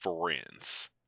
friends